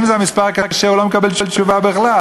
אם זה מספר כשר הוא לא מקבל תשובה בכלל.